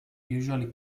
usually